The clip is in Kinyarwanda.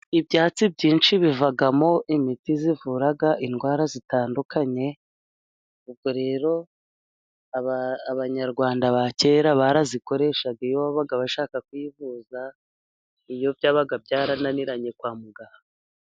Ibyatsi byinshi bivamo imiti ivura indwara zitandukanye ,ubwo rero Abanyarwanda ba kera barayikoreshaga iyo babaga bashaka kwivuza, iyo byabaga byarananiranye kwa muganga.